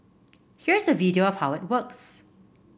here's a video of how it works